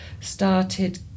started